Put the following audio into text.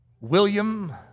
William